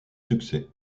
succès